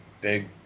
big